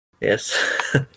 Yes